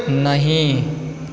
नहि